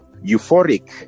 euphoric